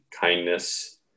kindness